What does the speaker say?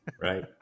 Right